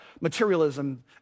materialism